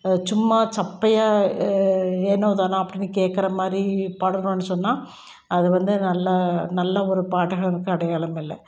சும்மா சப்பையா ஏனோ தானோ அப்படினு கேட்குறமாரி பாடணும்னு சொன்னால் அது வந்து நல்லா நல்ல ஒரு பாடகனுக்கு அடையாளம் இல்லை